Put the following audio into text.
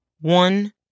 One